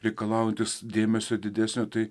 reikalaujantis dėmesio didesnio tai